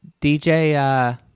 DJ